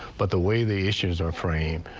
but the way the issues are free.